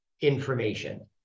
information